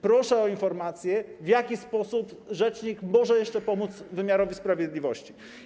Proszę o informację, w jaki sposób rzecznik może jeszcze pomóc wymiarowi sprawiedliwości.